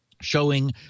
showing –